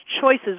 choices